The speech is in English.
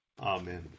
Amen